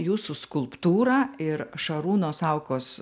jūsų skulptūra ir šarūno saukos